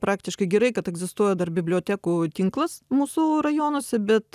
praktiškai gerai kad egzistuoja dar bibliotekų tinklas mūsų rajonuose bet